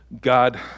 God